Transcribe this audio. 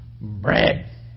Bread